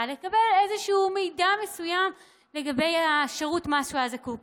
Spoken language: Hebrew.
לקבל מידע מסוים לגבי שירות המס שהוא היה זקוק לו,